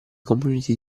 community